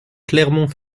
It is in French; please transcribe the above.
clermont